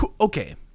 Okay